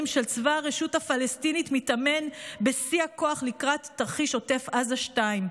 של צבא הרשות הפלסטינית מתאמן בשיא הכוח לקראת תרחיש עוטף עזה 2,